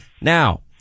Now